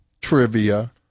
trivia